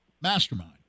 mastermind